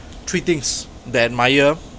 three things that I admire